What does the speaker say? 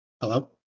Hello